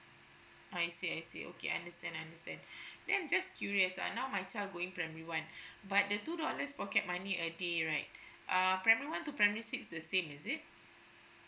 I see I see okay understand understand then just curious uh now my child going primary one but the two dollars pocket money A_T_E right err primary one to primary six the same is it